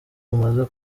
mumaze